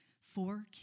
four